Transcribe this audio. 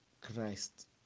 christ